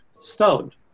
stoned